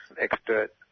expert